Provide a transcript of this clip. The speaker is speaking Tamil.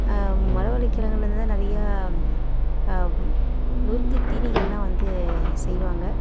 மரவள்ளி கெழங்குலருந்துதான் நிறையா நொறுக்கு தீனிகளெலாம் வந்து செய்வாங்க